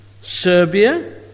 Serbia